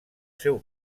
seu